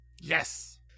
Yes